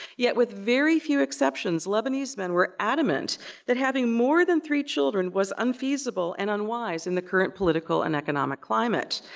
yet, with very few exceptions, lebanese men were adamant that having more than three children was unfeasible and unwise in the current political and economic climate.